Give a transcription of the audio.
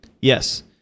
Yes